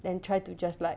then try to just like